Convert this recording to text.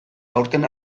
aurten